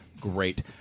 Great